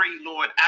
Lord